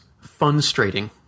frustrating